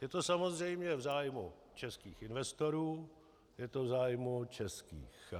Je to samozřejmě v zájmu českých investorů, je to v zájmu českých